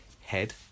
head